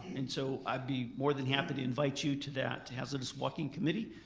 and so i'd be more than happy to invite you to that hazardous walking committee.